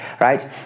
right